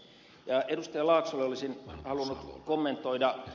laaksolle olisin halunnut kommentoida